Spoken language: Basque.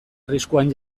arriskuan